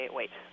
wait